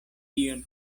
dion